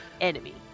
Enemy